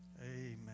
Amen